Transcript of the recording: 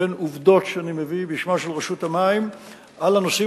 בין עובדות שאני מביא בשמה של רשות המים על הנושאים